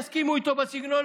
יסכימו איתו בסגנון,